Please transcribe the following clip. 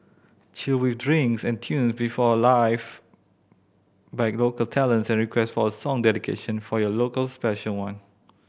chill with drinks and tune performed live by local talents and request for a song dedication for your local special one